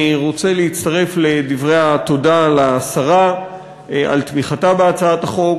אני רוצה להצטרף לדברי התודה לשרה על תמיכתה בהצעת החוק,